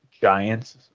Giants